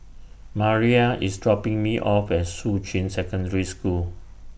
Mariah IS dropping Me off At Shuqun Secondary School